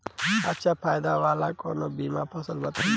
अच्छा फायदा वाला कवनो बीमा पलान बताईं?